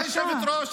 כבוד היושבת-ראש,